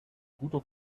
guter